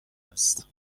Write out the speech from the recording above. است